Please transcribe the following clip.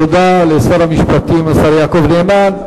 תודה לשר המשפטים, השר יעקב נאמן.